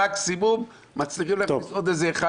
מקסימום מצליחים להכניס עוד איזה אחד